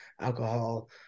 alcohol